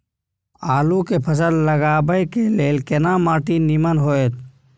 आलू के फसल लगाबय के लेल केना माटी नीमन होयत?